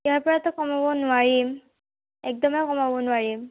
ইয়াৰ পৰাতো কমাব নোৱাৰিম একদমেই কমাব নোৱাৰিম